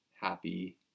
happy